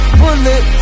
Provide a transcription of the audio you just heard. bullet